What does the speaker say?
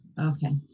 okay.